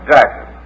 Jackson